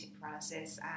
paralysis